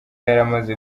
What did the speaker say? yaramaze